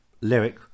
lyric